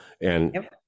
And-